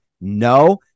No